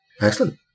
excellent